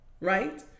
right